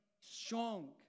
strong